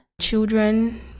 Children